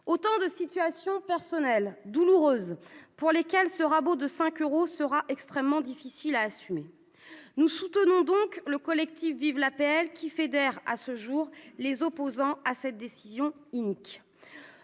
vivant ces situations personnelles douloureuses, le coup de rabot de cinq euros sera extrêmement difficile à assumer. Nous soutenons donc le collectif Vive l'APL, qui fédère tous les opposants à cette décision inique.